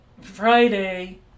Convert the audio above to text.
Friday